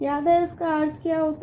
याद है इसका अर्थ क्या होता है